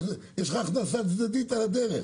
יש לך הכנסה צדדית על הדרך.